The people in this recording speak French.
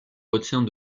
retient